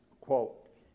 Quote